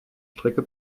strecke